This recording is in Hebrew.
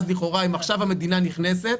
כמה דמי הניהול בקרנות ברירת המחדל?